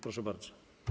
Proszę bardzo.